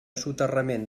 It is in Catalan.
soterrament